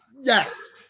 yes